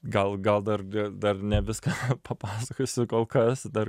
gal gal dar dar ne viską papasakosiu kol kas dar